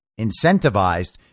incentivized